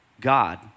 God